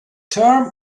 term